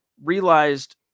realized